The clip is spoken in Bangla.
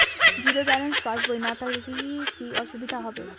জিরো ব্যালেন্স পাসবই না থাকলে কি কী অসুবিধা হবে?